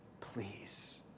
please